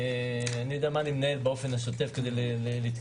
אני יודע מה אני מנהל באופן שוטף כדי להתקיים,